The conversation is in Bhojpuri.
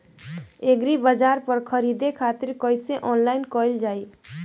एग्रीबाजार पर खरीदे खातिर कइसे ऑनलाइन कइल जाए?